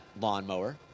lawnmower